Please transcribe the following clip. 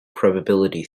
probability